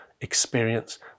Experience